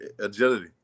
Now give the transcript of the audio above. agility